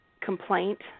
complaint